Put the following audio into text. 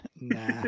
Nah